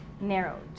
narrowed